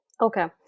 Okay